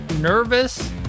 nervous